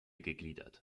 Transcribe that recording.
gegliedert